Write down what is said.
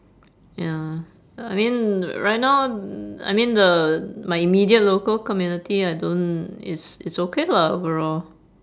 ya I mean right now I mean the my immediate local community I don't it's it's okay lah overall